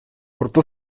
proto